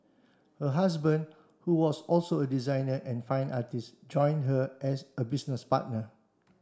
her husband who was also a designer and fine artist join her as a business partner